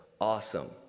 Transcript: awesome